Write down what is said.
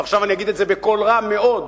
ועכשיו אני אגיד את זה בקול רם מאוד: